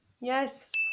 Yes